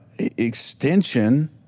Extension